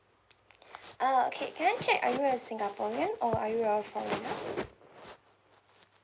ah okay can I check are you a singaporean or are you a foreigner